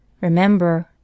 Remember